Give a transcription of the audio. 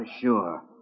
sure